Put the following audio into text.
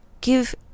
give